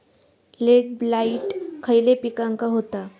Late blight खयले पिकांका होता?